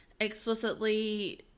explicitly